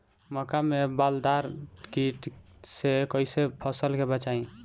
मक्का में बालदार कीट से कईसे फसल के बचाई?